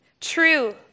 True